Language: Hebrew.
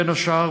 בין השאר,